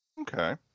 Okay